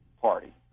party